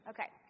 Okay